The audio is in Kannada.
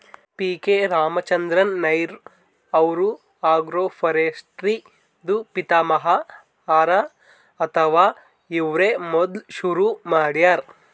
ಪಿ.ಕೆ ರಾಮಚಂದ್ರನ್ ನೈರ್ ಅವ್ರು ಅಗ್ರೋಫಾರೆಸ್ಟ್ರಿ ದೂ ಪಿತಾಮಹ ಹರಾ ಅಥವಾ ಇವ್ರೇ ಮೊದ್ಲ್ ಶುರು ಮಾಡ್ಯಾರ್